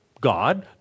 God